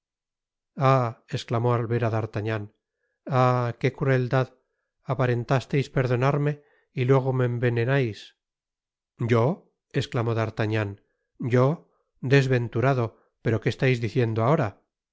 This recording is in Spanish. á d'artagnan ah que crueldad aparentasteis perdonarme y luego me envenenais i yol esclamó d'artagnan yo desventurado pero que estás diciendo ahora